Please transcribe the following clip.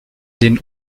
den